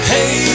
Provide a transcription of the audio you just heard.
Hey